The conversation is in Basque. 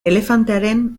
elefantearen